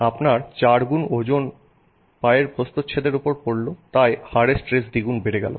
আপনার 8 গুণ ওজন চারগুণ পায়ের প্রস্থচ্ছেদের ওপর পরল তাই হাড়ের স্ট্রেস দ্বিগুণ বেড়ে গেল